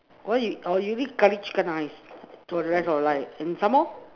why you or you eat curry chicken nice for the rest of your life and some more